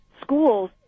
schools